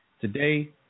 Today